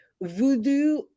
voodoo